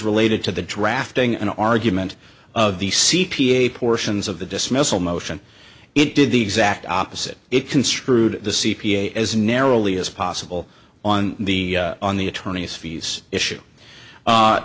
related to the drafting an argument of the c p a portions of the dismissal motion it did the exact opposite it construed the c p a as narrowly as possible on the on the attorney's fees issue